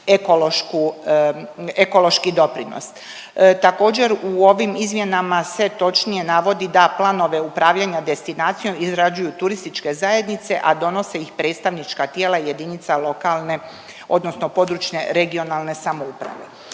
ekološki doprinos. Također u ovim izmjenama se točnije navodi da planove upravljanja destinacijom izrađuju turističke zajednice, a donose ih predstavnička tijela jedinica lokalne odnosno područne regionalne samouprave.